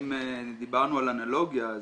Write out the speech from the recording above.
אם דיברנו על אנלוגיה,